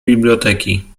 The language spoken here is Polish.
biblioteki